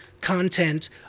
content